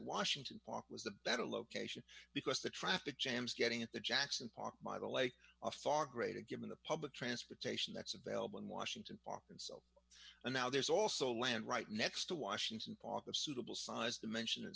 washington park was a better location because the traffic jams getting at the jackson park by the lake a far greater given the public transportation that's available in washington park and so and now there's also land right next to washington park the suitable size dimension a